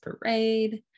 parade